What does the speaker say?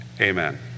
Amen